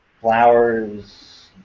flowers